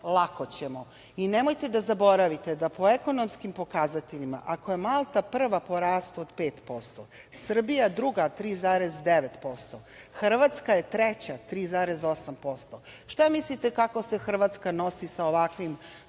lako ćemo. Nemojte da zaboravite da po ekonomskim pokazateljima ako je Malta prva po rastu od 5%, Srbija druga 3,9%, Hrvatska je treća 3,8%. Šta mislite kako se Hrvatska nosi sa ovakvim